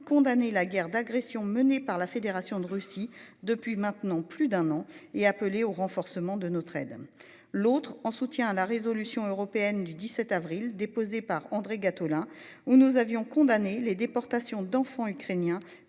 condamner la guerre d'agression menée par la Fédération de Russie depuis maintenant plus d'un an et a appelé au renforcement de notre aide, l'autre en soutien à la résolution européenne du 17 avril déposée par André Gattolin où nous avions condamné les déportations d'enfants ukrainiens